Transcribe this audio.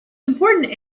important